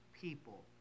people